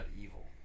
evil